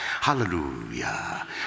Hallelujah